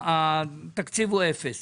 התקציב הוא אפס.